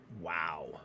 Wow